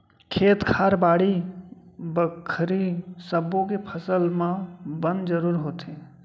खेत खार, बाड़ी बखरी सब्बो के फसल म बन जरूर होथे